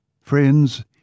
Friends